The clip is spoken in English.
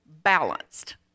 balanced